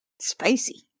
Spicy